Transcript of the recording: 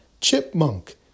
chipmunk